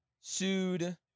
sued